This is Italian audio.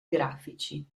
grafici